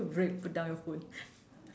break put down your phone